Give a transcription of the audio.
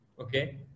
Okay